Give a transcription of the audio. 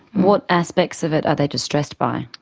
what aspects of it are they distressed by?